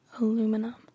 aluminum